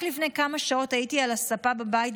רק לפני כמה שעות הייתי על הספה בבית,